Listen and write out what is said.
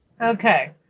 Okay